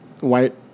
white